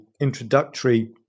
introductory